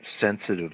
sensitive